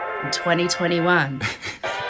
2021